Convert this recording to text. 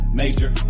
major